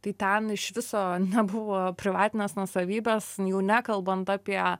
tai ten iš viso nebuvo privatinės nuosavybės jau nekalbant apie